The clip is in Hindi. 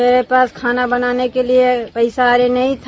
मेरे पास खाने बनाने के लिए पैसा नहीं था